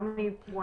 לא של יבואנים,